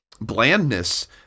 blandness